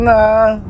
Nah